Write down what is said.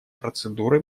процедуры